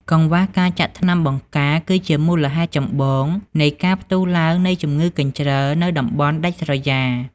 កង្វះការចាក់ថ្នាំបង្ការ គឺជាមូលហេតុចម្បងនៃការផ្ទុះឡើងនៃជម្ងឺកញ្ជ្រឹលនៅតំបន់ដាច់ស្រយាល។